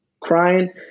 crying